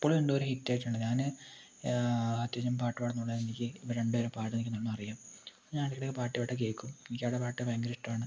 ഇപ്പോഴും രണ്ടുപേരും ഹിറ്റ് ആയിട്ടുണ്ട് ഞാൻ അത്യാവശ്യം പാട്ടുപാടുമെന്നുള്ളതുകൊണ്ട് എനിക്ക് ഇവർ രണ്ടുപേരും പാടുമെന്നെനിക്കറിയാം അപ്പോൾ ഞാനിവരുടെ പാട്ടുകളൊക്കെ കേൾക്കും എനിക്കിവരുടെ പാട്ടുകളൊക്കെ ഭയങ്കര ഇഷ്ടമാണ്